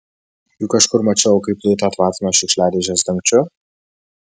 juk kažkur mačiau kaip luitą tvatino šiukšliadėžės dangčiu